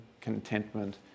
contentment